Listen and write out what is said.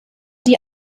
die